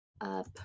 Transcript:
up